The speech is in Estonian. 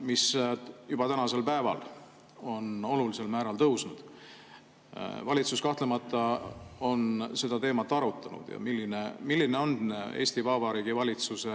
mis juba tänasel päeval on olulisel määral tõusnud. Valitsus kahtlemata on seda teemat arutanud. Milline on Eesti Vabariigi valitsuse